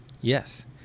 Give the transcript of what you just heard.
yes